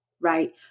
Right